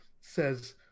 says